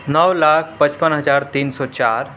نو لاکھ پچپن ہزار تین سو چار